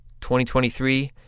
2023